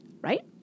right